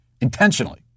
intentionally